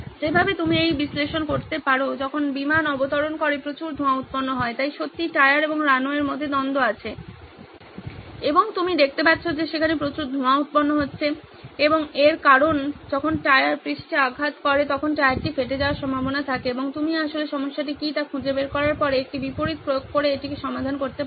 যেভাবে আপনি এই বিশ্লেষণ করতে পারেন যখন বিমান অবতরণ করে প্রচুর ধোঁয়া উৎপন্ন হয় তাই সত্যিই টায়ার এবং রানওয়ের মধ্যে দ্বন্দ্ব আছে এবং আপনি দেখতে পাচ্ছেন যে সেখানে প্রচুর ধোঁয়া উৎপন্ন হয় এবং এর কারণ যখন টায়ার পৃষ্ঠে আঘাত করে তখন টায়ার টি ফেটে যাওয়ার সম্ভাবনা থাকে এবং আপনি আসলে সমস্যাটি কী তা খুঁজে বের করার পরে একটি বিপরীত প্রয়োগ করে এটি সমাধান করতে পারেন